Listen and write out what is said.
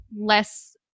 less